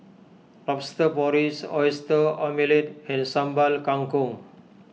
Lobster Porridge Oyster Omelette and Sambal Kangkong